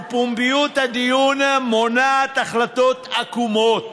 ופומביות הדיון מונעת החלטות עקומות.